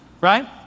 right